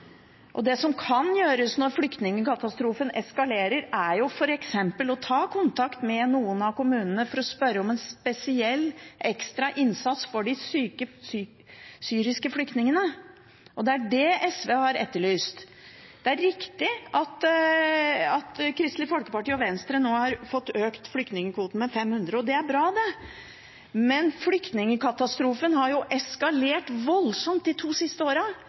byene. Det som kan gjøres når flyktningkatastrofen eskalerer, er jo f.eks. å ta kontakt med noen av kommunene og spørre om en spesiell, ekstra innsats for de syke syriske flyktningene. Det er det SV har etterlyst. Det er riktig at Kristelig Folkeparti og Venstre nå har fått økt flyktningkvoten med 500 – og det er bra – men flyktningkatastrofen har jo eskalert voldsomt de to siste åra.